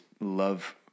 love